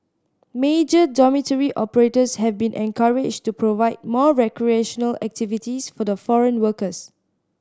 major dormitory operators have been encouraged to provide more recreational activities for the foreign workers